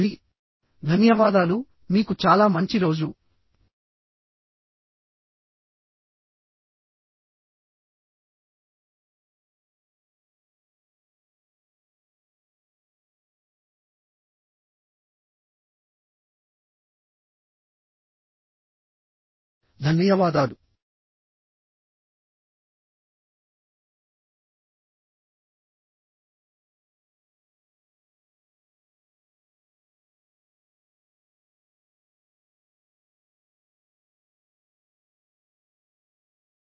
మళ్ళీ ధన్యవాదాలు మీకు చాలా ధన్యవాదాలు